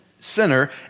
sinner